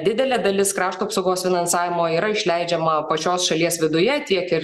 didelė dalis krašto apsaugos finansavimo yra išleidžiama pačios šalies viduje tiek ir